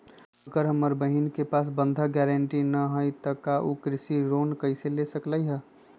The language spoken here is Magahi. अगर हमर बहिन के पास बंधक गरान्टी न हई त उ कृषि ऋण कईसे ले सकलई ह?